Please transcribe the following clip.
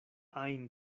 ajn